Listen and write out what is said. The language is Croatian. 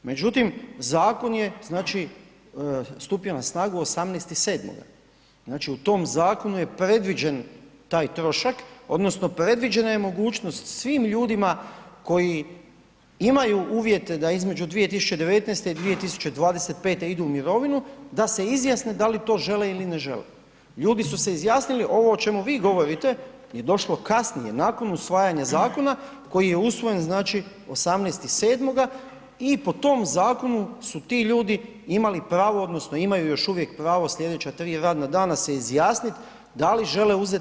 Međutim, zakon je znači stupio na snagu 18.7., znači u tom zakonu je predviđen taj trošak odnosno predviđena je mogućnost svim ljudima koji imaju uvjete da između 2019. i 2025. idu u mirovinu, da se izjasne da li to žele ili ne žele, ljudi su se izjasnili, ovo o čemu vi govorite je došlo kasnije, nakon usvajanja zakona koji je usvojen, znači 18.7. i po tom zakonu su ti ljudi imali pravo odnosno imaju još uvijek pravo slijedeća 3 radna dana se izjasnit da li žele uzet te otpremnine i otić u mirovinu.